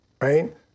Right